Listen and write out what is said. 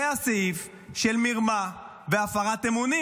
זה הסעיף של מרמה והפרת אמונים.